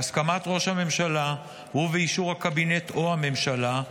בהסכמת ראש הממשלה ובאישור הקבינט או הממשלה,